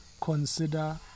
consider